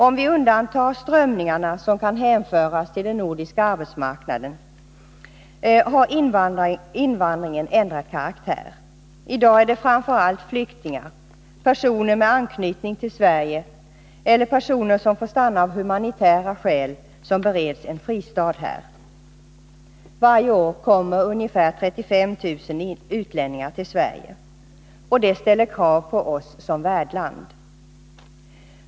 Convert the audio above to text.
Om vi undantar de strömningar som kan hänföras till den fria nordiska arbetsmarknaden har invandringen emellertid ändrat karaktär. I dag är det framför allt flyktingar, personer med anknytning till Sverige eller personer som får stanna av humanitära skäl som bereds en fristad här. Varje år kommer ungefär 35 000 utlänningar till Sverige. Detta ställer krav på oss som värdland.